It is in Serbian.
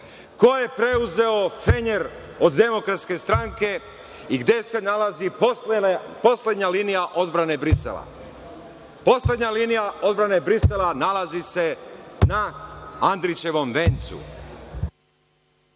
Ko je preuzeo fenjer od Demokratske stranke i gde se nalazi poslednja linija odbrane Brisela? Poslednja linija odbrane Brisela nalazi se na Andrićevom vencu.